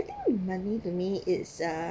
think money to me is uh